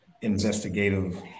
investigative